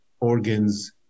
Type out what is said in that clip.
organs